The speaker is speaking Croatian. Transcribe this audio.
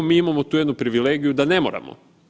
Mi imamo tu jednu privilegiju da ne moramo.